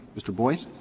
mr. boies.